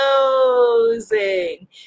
closing